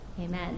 Amen